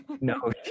No